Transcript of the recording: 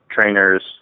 trainers